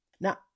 Now